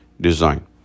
design